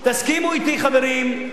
חברים,